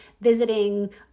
visiting